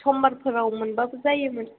समबारफोराव मोनबाबो जायोमोन